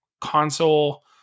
console